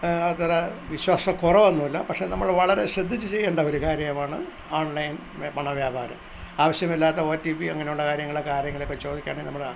അത്ര വിശ്വാസക്കുറവൊന്നുമില്ല പക്ഷെ നമ്മള് വളരെ ശ്രദ്ധിച്ച് ചെയ്യേണ്ട ഒരു കാര്യമാണ് ആൺലൈൻ പണവ്യാപാരം ആവശ്യമില്ലാത്ത ഒ റ്റി പി അങ്ങനുള്ള കാര്യങ്ങളൊക്കെ ആരെങ്കിലുമൊക്കെ ചോദിക്കുകയാണെങ്കില് നമ്മള്